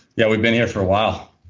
yeah we've been here for a while.